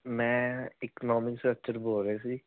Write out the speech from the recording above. ਮੈਂ ਇਕਨੋਮਿਕਸ ਸਰਚਰ ਬੋਲ ਰਿਹਾ ਸੀ